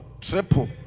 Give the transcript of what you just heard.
triple